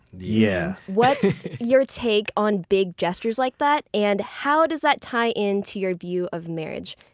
yeah what's your take on big gestures like that and how does that tie into your view of marriage?